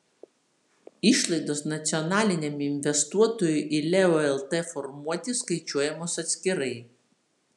išlaidos nacionaliniam investuotojui į leo lt formuoti skaičiuojamos atskirai